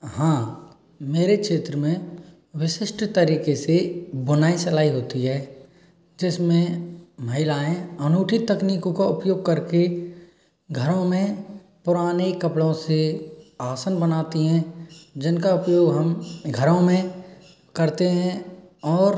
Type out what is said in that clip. हाँ मेरे क्षेत्र में विशिष्ट तरीके से बुनाई सिलाई होती है जिसमें महिलाएँ अनोखी तकनीकों का उपयोग करके घरों में पुराने कपड़ों से आसन बनाती हैं जिनका उपयोग हम घरों में करते हैं और